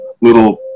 little